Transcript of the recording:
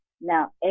Now